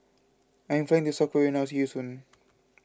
I'm flying to South Korea now see you soon